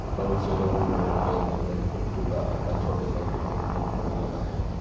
बहुत से लघु उद्योगों के अंतर्गत कूटू का आटा छोटे पैकेट में उपलब्ध होने लगा है